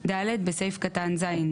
זה."; (ד) בסעיף קטן (ז),